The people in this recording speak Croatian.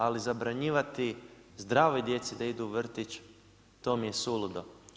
Ali zabranjivati zdravoj djeci da idu u vrtić, to mi je suludo.